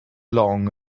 long